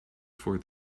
for